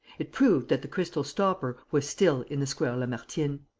it proved that the crystal stopper was still in the square lamartine.